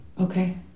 Okay